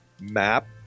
map